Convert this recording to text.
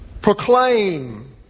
proclaim